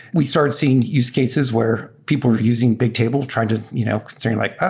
we started seeing use cases where people are using bigtable. trying to you know saying like,